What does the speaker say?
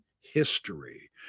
history